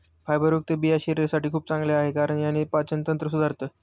फायबरयुक्त बिया शरीरासाठी खूप चांगल्या आहे, कारण याने पाचन तंत्र सुधारतं